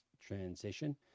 transition